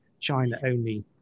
China-only